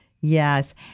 Yes